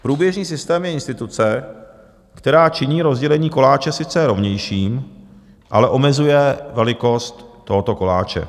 Průběžný systém je instituce, která činí rozdělení koláče sice rovnějším, ale omezuje velikost tohoto koláče.